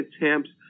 attempts